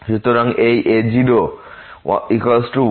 সুতরাং a0102πf dx